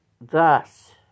thus